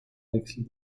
wechsel